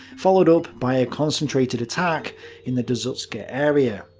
followed up by a concentrated attack in the dzukste area.